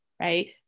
right